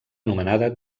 anomenada